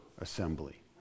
assembly